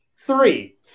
three